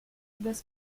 thus